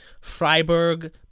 Freiburg